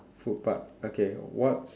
food part okay what's